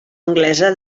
anglesa